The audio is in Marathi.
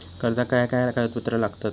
कर्जाक काय काय कागदपत्रा लागतत?